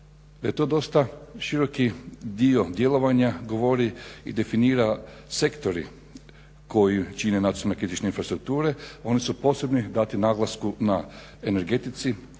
to dosta široki dio djelovanja govori i definira sektori koji čine nacionalne kritične infrastrukture. Oni su posebni dati naglasku na energetici,